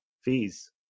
fees